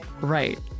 right